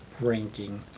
ranking